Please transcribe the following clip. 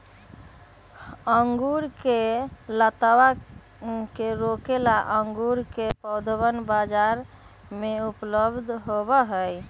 अंगूर के लतावा के रोके ला अंगूर के पौधवन बाजार में उपलब्ध होबा हई